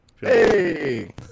Hey